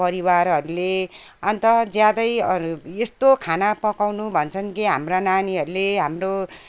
परिवारहरूले अन्त ज्यादै अरू यस्तो खाना पकाउनु भन्छन् कि हाम्रा नानीहरूले हाम्रो